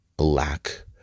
lack